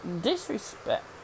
disrespect